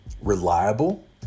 reliable